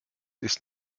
ist